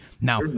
Now